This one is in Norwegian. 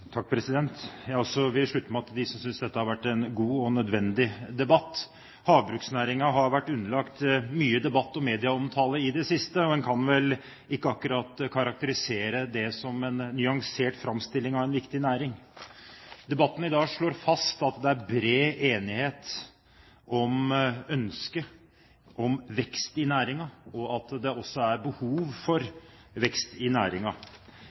det siste, og en kan vel ikke akkurat karakterisere det som en nyansert framstilling av en viktig næring. Debatten i dag slår fast at det er bred enighet om ønsket om vekst i næringen, og at det også er behov for vekst i